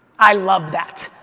i love that.